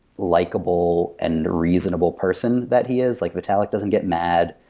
likable, and reasonable person that he is. like vitalic doesn't get mad.